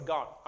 God